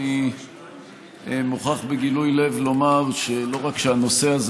אני מוכרח בגילוי לב לומר שלא רק שהנושא הזה